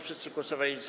Wszyscy głosowali za.